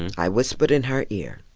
and i whispered in her ear.